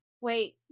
wait